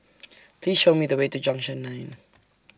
Please Show Me The Way to Junction nine